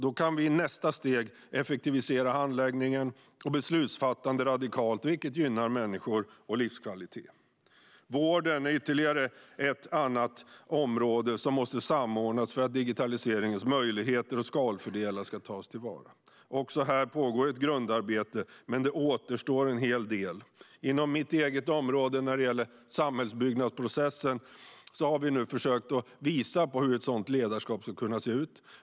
Då kan vi i nästa steg effektivisera handläggningen och beslutsfattandet radikalt, vilket gynnar människor och livskvalitet. Vården är ett annat område som måste samordnas för att digitaliseringens möjligheter och skalfördelar ska tas till vara. Också här pågår ett grundarbete, men det återstår en hel del. Inom mitt eget område - samhällsbyggnadsprocessen - har vi nu försökt visa hur ett sådant ledarskap skulle kunna se ut.